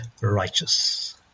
righteous